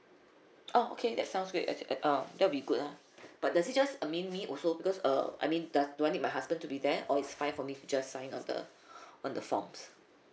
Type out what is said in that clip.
oh okay that sounds great um there'll be good ah but that's just I mean me also because uh I mean does do I need my husband to be there or it's fine for me just sign up the on the forms